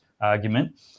argument